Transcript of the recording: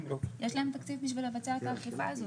יש להם תקציב בשביל לבצע את האכיפה הזאת.